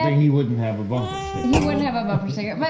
he wouldn't have a bumper sticker he wouldn't have a bumper sticker. but